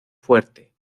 fuerte